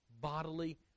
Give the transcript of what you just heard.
bodily